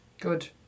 Good